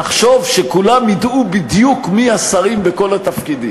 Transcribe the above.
תחשוב שכולם ידעו בדיוק מי השרים בכל התפקידים,